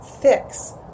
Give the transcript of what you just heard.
fix